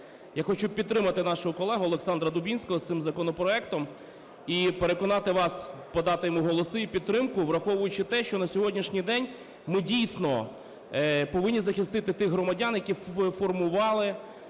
Я хочу підтримати нашого колегу Олександра Дубінського з цим законопроектом. І переконати вас подати йому голоси і підтримку. Враховуючи те, що на сьогоднішній день ми, дійсно, повинні захистити тих громадян, які формували